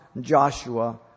Joshua